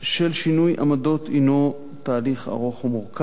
"תהליך של שינוי עמדות הינו תהליך ארוך ומורכב.